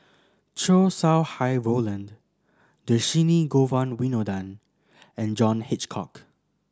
Chow Sau Hai Roland Dhershini Govin Winodan and John Hitchcock